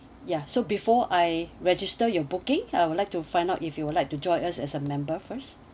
ya so before I register your booking I would like to find out if you would like to join us as a member first